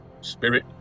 spirit